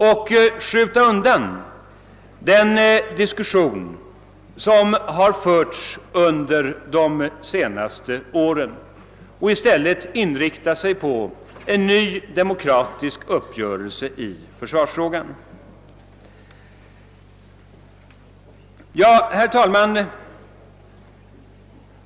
Är regeringen beredd att skjuta undan den diskussion som har förts under de senaste åren och i stället inrikta sig på en ny demokratisk uppgörelse i försvarsfrågan?